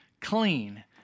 clean